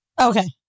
Okay